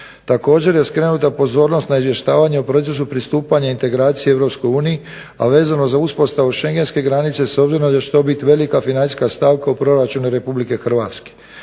Također je skrenuta pozornost na izvještavanje o procesu pristupanje integracije Europskoj uniji, a vezano za uspostavu šengenske granice s obzirom da će to biti velika financijska stavka u proračunu Republike Hrvatske.